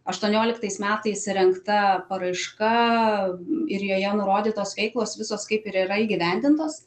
aštunioliktais metais įrengta paraiška ir joje nurodytos veiklos visos kaip ir yra įgyvendintos